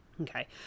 Okay